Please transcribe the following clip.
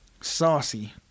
saucy